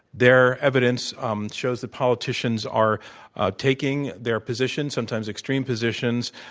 their evidence um shows that politicians are taking their positions sometimes extreme positions,